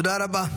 תודה רבה.